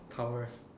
power right